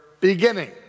beginning